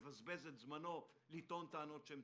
שום הורה לא מבזבז את זמנו לטעון טענות שווא,